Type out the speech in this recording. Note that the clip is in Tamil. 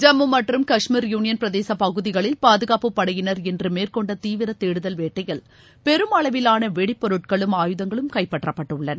ஜம்மு மற்றும் கஷ்மீர் யூளியன் பிரதேச பகுதிகளில் பாதுகாப்புப் படையினர் இன்று மேற்னெண்ட தீவிர தேடுதல் வேட்டையில் பெருமளவிலான வெடிப்பொருட்களும் ஆயுதங்களும் கைப்பற்றப்பட்டுள்ளன